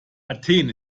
athen